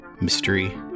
mystery